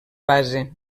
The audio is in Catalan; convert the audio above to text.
base